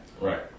Right